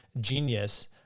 genius